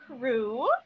crew